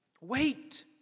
Wait